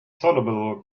soluble